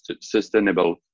sustainable